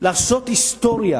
לעשות היסטוריה